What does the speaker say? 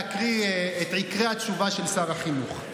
להקריא את עיקרי התשובה של שר החינוך: